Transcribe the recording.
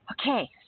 Okay